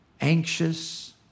anxious